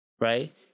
Right